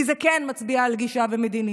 כי זה כן מצביע על גישה ומדיניות.